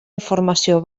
informació